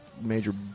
Major